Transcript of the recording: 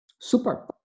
Super